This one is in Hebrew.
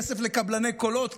כסף לקבלני קולות,